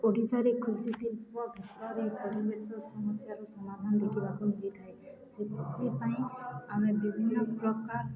ଓଡ଼ିଶାରେ କୃଷି ଶିଳ୍ପ ଭଳରେ ପରିବେଶ ସମସ୍ୟାର ସମାଧାନ ଦେଖିବାକୁ ମିଳିଥାଏ ସେଇଥିପାଇଁ ଆମେ ବିଭିନ୍ନ ପ୍ରକାର